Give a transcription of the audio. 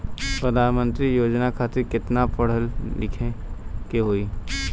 प्रधानमंत्री योजना खातिर केतना पढ़ल होखे के होई?